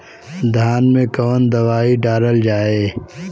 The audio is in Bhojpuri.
धान मे कवन दवाई डालल जाए?